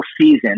season